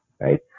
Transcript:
right